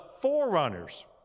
forerunners